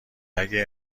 اگه